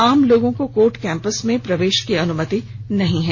आम लोगों को कोर्ट कैंपस में प्रवेश की अनुमति नहीं है